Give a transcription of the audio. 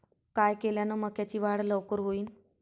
काय केल्यान मक्याची वाढ लवकर होईन?